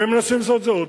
והם מנסים לעשות את זה עוד.